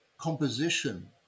composition